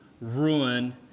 ruin